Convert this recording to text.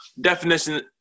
definition